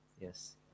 Yes